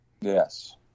Yes